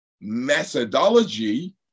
methodology